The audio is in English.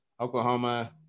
Oklahoma